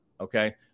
Okay